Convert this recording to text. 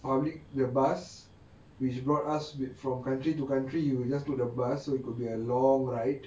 public the bus which brought us with from country to country you you just took the bus so it could be a long ride